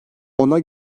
ona